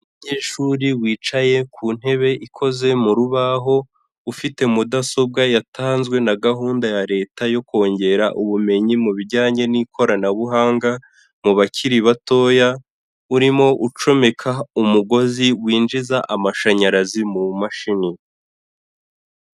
Umunyeshuri wicaye ku ntebe ikoze mu rubaho, ufite mudasobwa yatanzwe na gahunda ya Leta yo kongera ubumenyi mu bijyanye n'ikoranabuhanga mu bakiri batoya, urimo ucomeka umugozi winjiza amashanyarazi mu mashini.